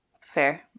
fair